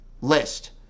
list